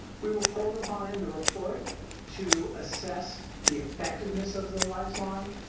we were called upon in the report to assess the effectiveness of the lifeline.